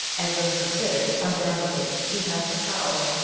as thus considered, undoubtedly he has the power,